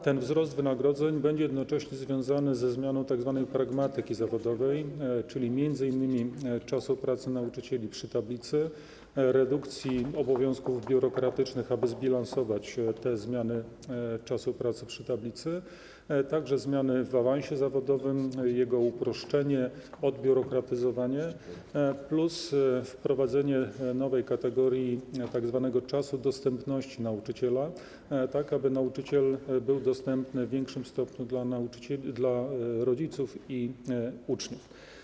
Ten wzrost wynagrodzeń będzie jednocześnie związany ze zmianą tzw. pragmatyki zawodowej, czyli m.in. zmianą w zakresie czasu pracy nauczycieli przy tablicy, redukcji obowiązków biurokratycznych, tak aby zbilansować te zmiany czasu pracy przy tablicy, także awansu zawodowego - jego uproszczenie, odbiurokratyzowanie - plus wprowadzenie nowej kategorii tzw. czasu dostępności nauczyciela, tak aby nauczyciel był dostępny w większym stopniu dla rodziców i uczniów.